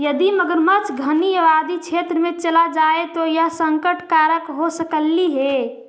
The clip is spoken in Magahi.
यदि मगरमच्छ घनी आबादी क्षेत्र में चला जाए तो यह संकट कारक हो सकलई हे